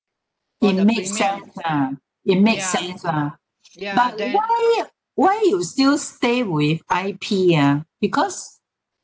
it makes sense lah it makes sense lah but why why you still stay with I_P ah because